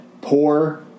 poor